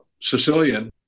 Sicilian